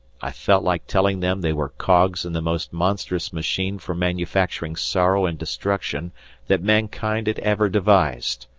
i felt like telling them they were cogs in the most monstrous machine for manufacturing sorrow and destruction that mankind had ever devised.